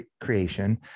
creation